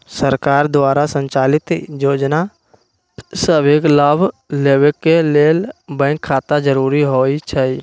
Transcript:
सरकार द्वारा संचालित जोजना सभके लाभ लेबेके के लेल बैंक खता जरूरी होइ छइ